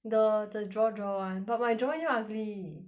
the the draw draw [one] but my drawing very ugly